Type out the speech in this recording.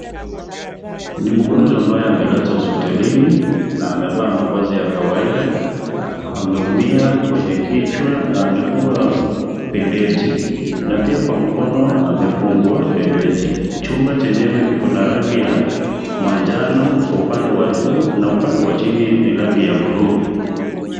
Ni mgonjwa ambaye amelazwa hospitalini na amevaa mavazi ya kawaida ameumia kwenye kichwa na amefungwa bendeji na pia kwa mkono amefungwa bendeji chumba chenyewe kiko na rangi ya manjano kwa upande wa juu na upande wa chini ni rangi ya buluu.